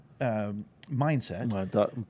mindset